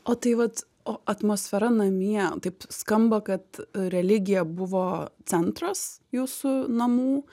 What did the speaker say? o tai vat o atmosfera namie taip skamba kad religija buvo centras jūsų namų